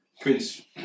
Prince